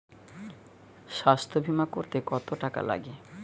স্বাস্থ্যবীমা করতে কত টাকা লাগে?